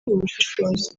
ubushishozi